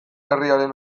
herriaren